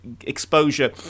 exposure